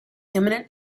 imminent